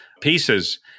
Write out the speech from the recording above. pieces